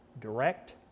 direct